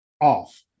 off